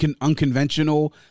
unconventional